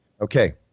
Okay